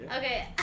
Okay